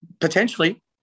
Potentially